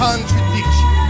Contradiction